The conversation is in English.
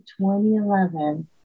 2011